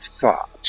thought